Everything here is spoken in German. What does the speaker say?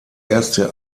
erste